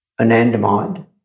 anandamide